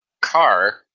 car